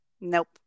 Nope